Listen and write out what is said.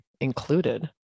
included